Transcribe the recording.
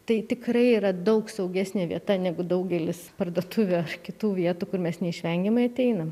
tai tikrai yra daug saugesnė vieta negu daugelis parduotuvių ar kitų vietų kur mes neišvengiamai ateinam